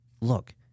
look